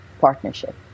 partnership